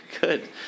Good